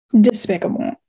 Despicable